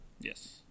yes